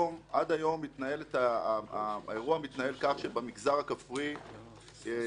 עד היום האירוע מתנהל כך שבמגזר הכפרי כל